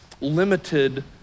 limited